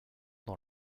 dans